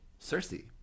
cersei